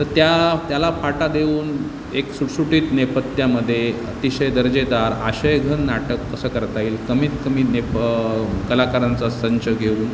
तर त्या त्याला फाटा देऊन एक सुटसुटीत नेपथ्यामध्ये अतिशय दर्जेदार आशयघन नाटक कसं करता येईल कमीत कमी नेप कलाकारांचा संच घेऊन